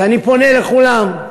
אז אני פונה לכולם: